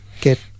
get